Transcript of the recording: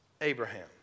Abraham